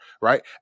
right